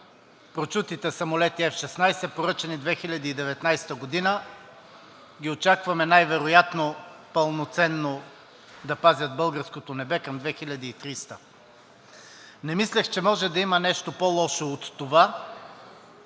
прочутите самолети F-16, поръчани през 2019 г., ги очакваме най-вероятно пълноценно да пазят българското небе към 2030 г. Не мислех, че може да има нещо по-лошо от това,